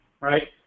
right